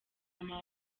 mama